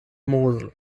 mosel